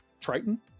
Triton